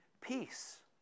peace